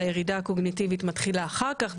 והירידה הקוגניטיבית מתחילה אחר-כך,